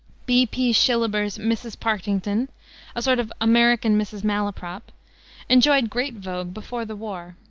b. p. shillaber's mrs. partington a sort of american mrs. malaprop enjoyed great vogue before the war.